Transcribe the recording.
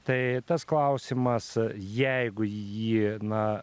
tai tas klausimas jeigu jį na